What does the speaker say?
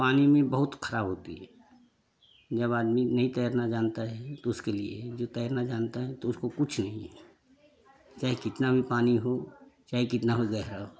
पानी में बहुत ख़राब होती है जब आदमी नही तैरना जानता है तो उसके लिए जो तैरना जानता है तो उसको कुछ नहीं है चाहे कितना भी पानी हो चाहे कितना भी गहरा हो